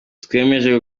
twiyemeje